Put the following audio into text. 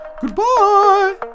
goodbye